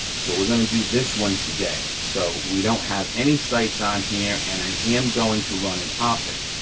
so we're gonna do this one today. so we don't have any sights on here, and i am going to run an optic.